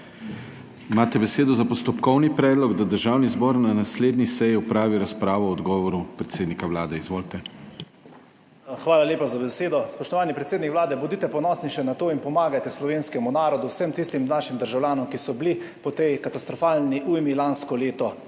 Imate besedo za postopkovni predlog, da Državni zbor na naslednji seji opravi razpravo o odgovoru predsednika Vlade. Izvolite. **ALEKSANDER REBERŠEK (PS NSi):** Hvala lepa za besedo. Spoštovani predsednik Vlade, bodite ponosni še na to in pomagajte slovenskemu narodu, vsem tistim našim državljanom, ki so bili po tej katastrofalni ujmi lansko leto